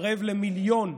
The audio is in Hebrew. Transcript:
מתקרב למיליון.